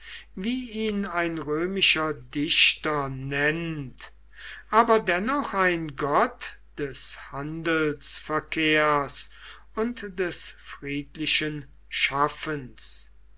wie ihn ein römischer dichter nennt aber dennoch ein gott des handelsverkehrs und des friedlichen schaffens